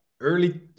Early